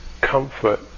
comfort